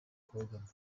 kubogama